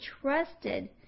trusted